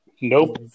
nope